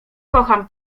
kocham